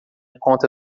conta